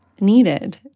needed